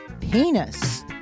penis